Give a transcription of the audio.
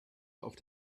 auf